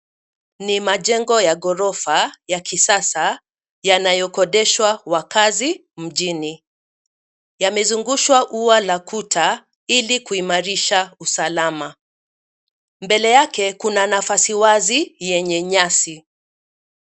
Ni majengo ya ghorofa ya kisasa, yanayokodeshwa wakazi mjini. Yamezungushwa ua la kuta, ili kuimarisha usalama. Mbele yake kuna nafasi wazi yenye nyasi.